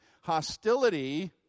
hostility